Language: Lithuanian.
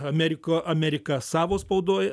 amerika amerika savo spaudoj